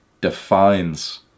defines